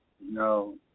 No